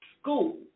school